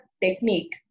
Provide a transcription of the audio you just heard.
technique